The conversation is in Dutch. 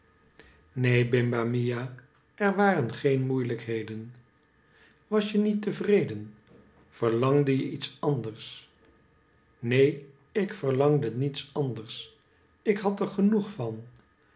neen bimba mia cr warcn geen mocihjkheden was je niet cevreden verlangde je iets anders neen ik verlangde niets anders ik had er genoeg van